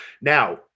Now